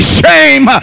shame